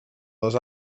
dos